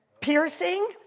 piercing